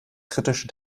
kritische